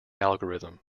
algorithm